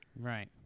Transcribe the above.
Right